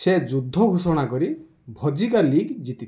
ସେ ଯୁଦ୍ଧ ଘୋଷଣା କରି ଭଜିକା ଲିଗ୍ ଜିତିଥିଲେ